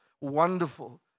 wonderful